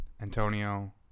Antonio